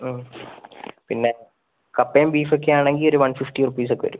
പിന്നെ കപ്പയും ബീഫ് ഒക്കെ ആണെങ്കിൽ ഒരു വൺ ഫിഫ്റ്റി റുപ്പീസ് ഒക്കെ വരും